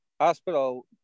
hospital